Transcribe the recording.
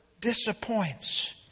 disappoints